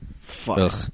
Fuck